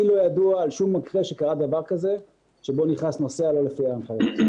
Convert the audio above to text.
לי לא ידוע על שום מקרה שקרה דבר כזה שבו נכנס נוסע לא לפי ההנחיות.